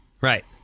Right